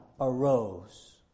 arose